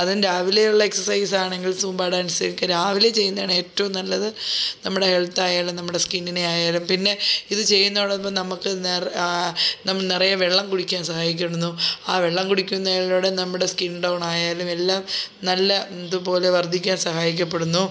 അതും രാവിലെയുള്ള എക്സസൈസാണെങ്കിൽ സൂംബാ ഡാൻസൊക്കെ രാവിലെ ചെയ്യുന്നതാണ് ഏറ്റവും നല്ലത് നമ്മുടെ ഹെൽത്തായാലും നമ്മുടെ സ്കിന്നിനെ ആയാലും പിന്നെ ഇതുചെയ്യുന്നതോടൊപ്പം നമുക്ക് നെറ നമ്മ് നിറയെ വെള്ളംകുടിക്കാനും സഹായിക്കുന്നു ആ വെള്ളം കുടിക്കുന്നതിലൂടെ നമ്മുടെ സ്കിൻടോണായാലും എല്ലാം നല്ല ഇതുപോലെ വർദ്ധിക്കാൻ സഹായിക്കപ്പെടുന്നു